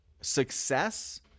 success